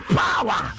power